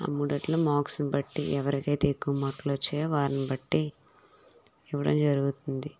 ఆ మూడాటిల్లో మార్క్స్ని బట్టి ఎవరికైతే ఎక్కువ మార్కులొచ్చాయో వాళ్ళని బట్టి ఇవ్వడం జరుగుతుంది